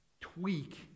tweak